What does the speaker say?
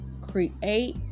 create